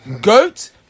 goat